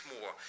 more